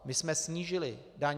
My jsme snížili DPH.